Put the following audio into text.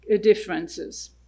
differences